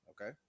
Okay